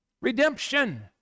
Redemption